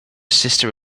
sister